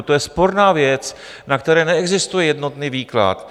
To je sporná věc, na kterou neexistuje jednotný výklad.